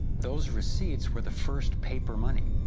those receipts were the first paper money.